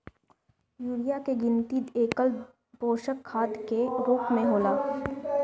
urea के गिनती एकल पोषक खाद के रूप में होला